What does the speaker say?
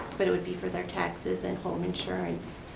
but it would be for their taxes and home insurance.